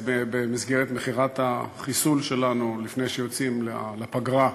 במסגרת מכירת החיסול שלנו לפני שיוצאים לפגרה,